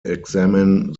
examine